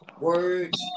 words